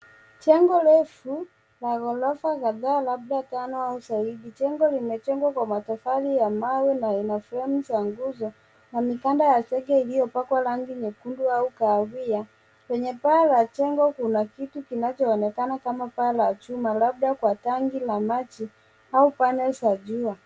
Jengo refu la ghorofa kadhaa labda tano au zaidi, jengo limejengwa kwa matofali ya mawe na ina fremu za nguzo na kando ya zege iliyopakwa rangi nyekundu au kahawia. Kwenye paa la jengo kuna kitu kinachoonekana kama paa la chuma labda kwa tanki la maji au panel za jua.